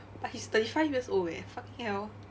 but he's thirty five years old eh fucking hell